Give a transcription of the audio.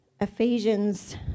Ephesians